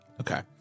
Okay